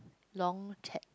long chat